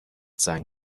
زنگ